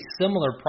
similar